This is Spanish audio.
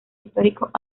históricos